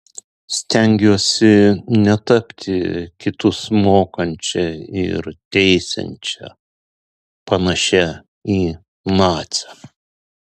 stengiuosi netapti kitus mokančia ir teisiančia panašia į nacę